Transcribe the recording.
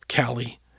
Callie